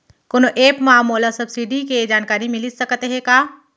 कोनो एप मा मोला सब्सिडी के जानकारी मिलिस सकत हे का?